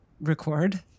record